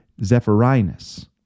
Zephyrinus